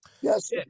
yes